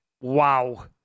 wow